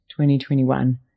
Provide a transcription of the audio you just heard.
2021